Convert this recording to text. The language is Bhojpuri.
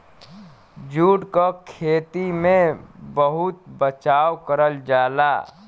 जूट क खेती में बहुत बचाव करल जाला